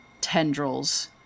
tendrils